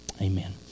Amen